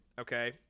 okay